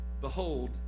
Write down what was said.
Behold